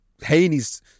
Haney's